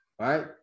Right